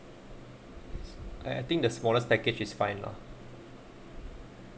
I think the smallest package is fine lah